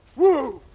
whoa!